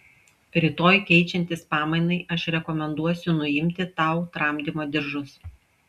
rytoj keičiantis pamainai aš rekomenduosiu nuimti tau tramdymo diržus